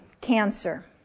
cancer